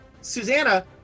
Susanna